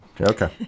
Okay